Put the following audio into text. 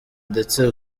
ndetse